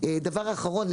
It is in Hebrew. דבר אחרון.